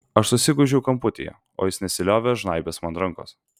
aš susigūžiau kamputyje o jis nesiliovė žnaibęs man rankos